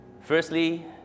Firstly